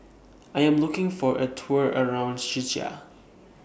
I Am looking For A Tour around Czechia